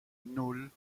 nan